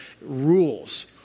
rules